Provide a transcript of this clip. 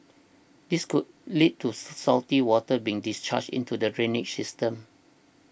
this could lead to silty water being discharged into the drainage system